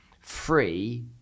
free